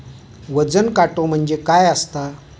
वजन काटो म्हणजे काय असता?